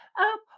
up